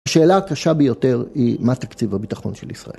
השאלה הקשה ביותר היא, מה תקציב הביטחון של ישראל?